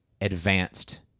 advanced